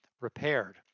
repaired